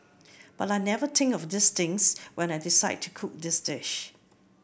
but I never think of these things when I decide to cook this dish